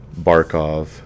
Barkov